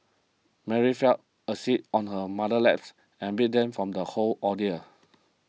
Mary fell asleep on her mother's laps and beat them from the whole ordeal